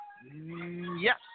Yes